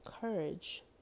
courage